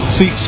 See